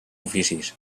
oficis